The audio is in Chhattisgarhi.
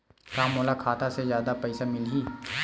का मोला खाता से जादा पईसा मिलही?